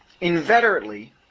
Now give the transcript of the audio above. inveterately